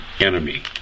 enemy